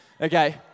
okay